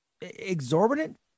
exorbitant